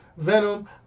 Venom